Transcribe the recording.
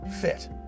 fit